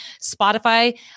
Spotify